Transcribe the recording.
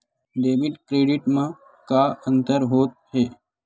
Debit credit मा का अंतर होत हे?